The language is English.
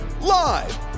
live